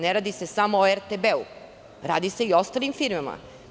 Ne radi se samo o RTB, radi se i o ostalim firmama.